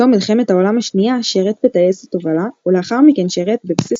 בתום מלחמת העולם השנייה שירת בטייסת תובלה ולאחר מכן שירת בבסיס